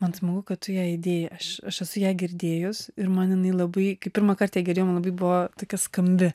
man smagu kad tu ją idėjai aš esu ją girdėjus ir man jinai labai kai pirmą kartą girdėjau labai buvo tokia skambi